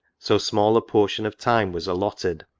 so small a portion of time was allotted?